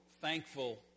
thankful